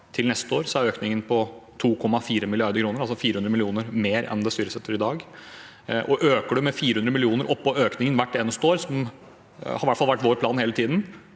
Til neste år er økningen på 2,4 mrd. kr, altså 400 mill. kr mer enn det styres etter i dag. Øker du med 400 mill. kr oppå økningen hvert eneste år, som i hvert fall har vært vår plan hele tiden,